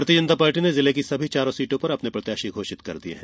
भारतीय जनता पार्टी ने जिले की सभी चारों सीटों पर अपने प्रत्याशी घोषित कर दिये हैं